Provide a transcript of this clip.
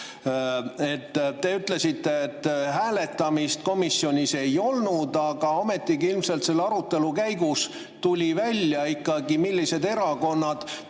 Te ütlesite, et hääletamist komisjonis ei olnud. Aga ometigi tuli ilmselt selle arutelu käigus ikkagi välja, millised erakonnad